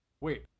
wait